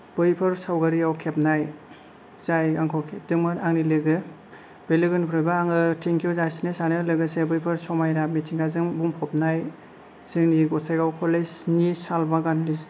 बैफोर सावगारियाव खेबनाय जाय आंखौ खेबदोंमोन आंनि लोगो बे लोगोनिफ्रायबो आङो थेंक इउ जासिनो सानो लोगोसे बैफोर समायना मिथिंगाजों बुंफबनाय जोंनि गसाइगाव कलेजनि साल बागान